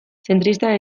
zentrista